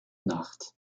nacht